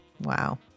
Wow